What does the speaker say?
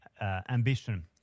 ambition